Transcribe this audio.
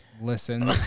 listen